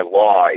law